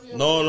no